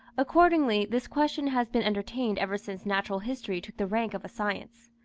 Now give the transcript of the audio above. accordingly, this question has been entertained ever since natural history took the rank of a science.